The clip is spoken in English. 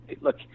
look